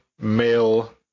male